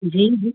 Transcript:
जी जी